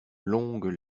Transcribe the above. longues